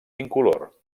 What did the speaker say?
incolor